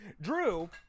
drew